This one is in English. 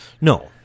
No